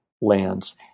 lands